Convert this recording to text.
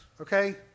okay